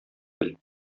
бел